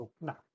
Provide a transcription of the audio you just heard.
No